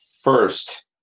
first